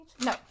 No